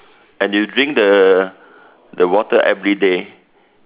and u drink the the water everyday